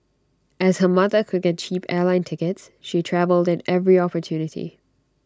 as her mother could get cheap airline tickets she travelled at every opportunity